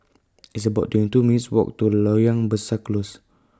It's about twenty two minutes' Walk to Loyang Besar Close